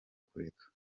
kureka